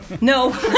No